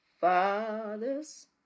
fathers